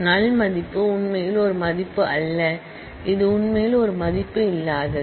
நல் மதிப்பு உண்மையில் ஒரு மதிப்பு அல்ல இது உண்மையில் ஒரு மதிப்பு இல்லாதது